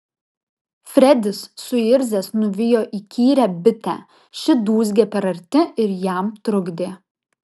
fredis suirzęs nuvijo įkyrią bitę ši dūzgė per arti ir jam trukdė